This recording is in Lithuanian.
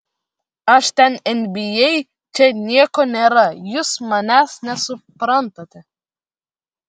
aš ten nba čia nieko nėra jūs manęs nesuprantate